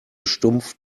stumpf